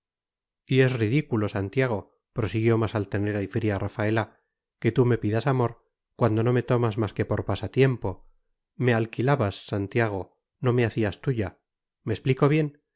es ridículo santiago prosiguió más altanera y fría rafaela que tú me pidas amor cuando no me tomabas más que por pasatiempo me alquilabas santiago no me hacías tuya me explico bien